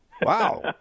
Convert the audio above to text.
Wow